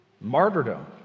Martyrdom